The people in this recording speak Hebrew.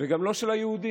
וגם לא של היהודים.